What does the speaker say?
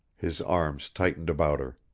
his arms tightened about her.